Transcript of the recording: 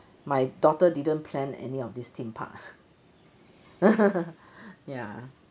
my daughter didn't plan any of this theme park ya